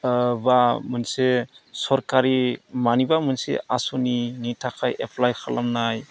बा मोनसे सरखारि मानिबा मोनसे आसननिनि थाखाय एफ्लाय खालामनाय